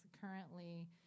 currently